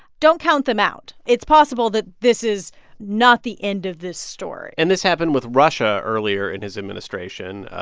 don't count them out. it's possible that this is not the end of this story and this happened with russia earlier in his administration.